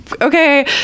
okay